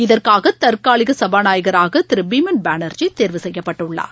இதற்காகதற்காலிகசபாநாயகராகதிருபீமன் பானர்ஜி தேர்வு செய்யப்பட்டுள்ளார்